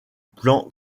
plan